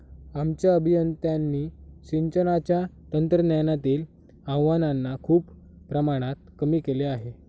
आमच्या अभियंत्यांनी सिंचनाच्या तंत्रज्ञानातील आव्हानांना खूप प्रमाणात कमी केले आहे